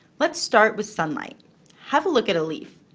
let's start with sunlight have a look at a leaf.